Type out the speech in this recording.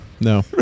No